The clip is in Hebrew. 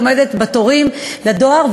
עומדת בתורים בדואר,